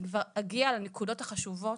אני כבר אגיע לנקודות החשובות.